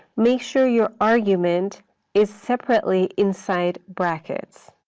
make sure your argument is separately inside brackets.